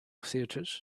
theatres